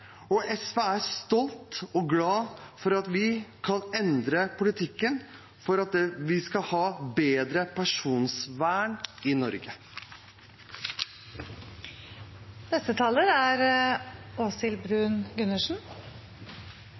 og SV er stolt og glad for at vi kan endre politikken slik at vi kan få bedre personvern i Norge. Dette er